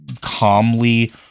calmly